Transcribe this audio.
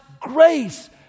grace